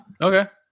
Okay